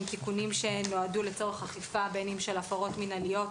תיקונים שנועדו לצורך אכיפה בין אם הפרות מינהליות